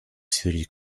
сфере